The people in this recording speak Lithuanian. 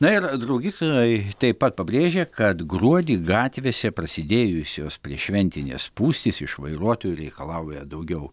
na ir draugikai taip pat pabrėžia kad gruodį gatvėse prasidėjusios prieššventinės spūstys iš vairuotojų reikalauja daugiau